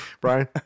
Brian